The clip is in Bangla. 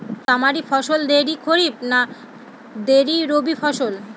তামারি ফসল দেরী খরিফ না দেরী রবি ফসল?